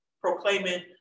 Proclaiming